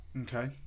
Okay